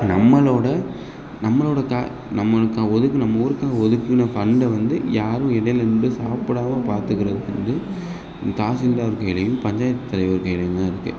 நம்மளோடய நம்மளோடய கா நம்மளுக்காக ஒதுக்கின நம்ம ஊருக்காக ஒதுக்கின ஃபண்டை வந்து யாரும் இடைல நின்று சாப்பிடாம பார்த்துக்கறது வந்து தாசில்தார் கையிலையும் பஞ்சாயத்து தலைவர் கையிலையும் தான் இருக்குது